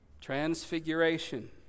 Transfiguration